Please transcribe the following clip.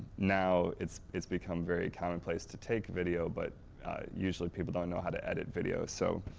now, it's it's become very commonplace to take video, but usually people don't know how to edit video so,